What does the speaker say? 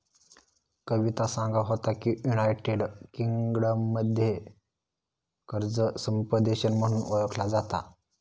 कविता सांगा होता की, युनायटेड किंगडममध्ये कर्ज समुपदेशन म्हणून ओळखला जाता